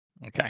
okay